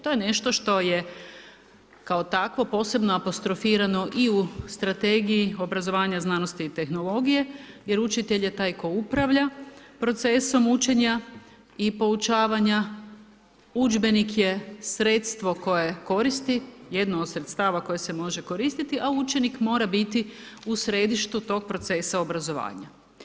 To je nešto što je kao takvo posebno apostrofirano i u Strategiji, obrazovanja, znanosti i tehnologije jer učitelj je taj koji upravlja procesom učenja i poučavanja, udžbenik je sredstvo koje koristi jedno od sredstava koje se može koristiti a učenik mora biti u središtu tog procesa obrazovanja.